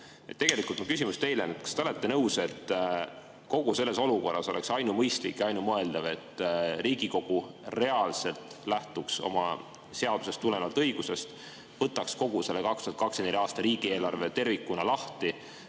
Tegelikult mu küsimus teile on: kas te olete nõus, et kogu selles olukorras oleks ainumõistlik ja ainumõeldav, et Riigikogu reaalselt lähtuks oma seadusest tulenevast õigusest, võtaks kogu selle 2024. aasta riigieelarve tervikuna lahti